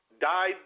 Died